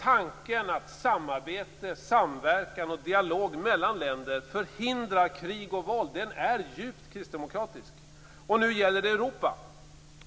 Tanken att samarbete, samverkan och dialog mellan länder förhindrar krig och våld är djupt kristdemokratisk. Nu gäller det Europa.